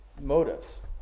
motives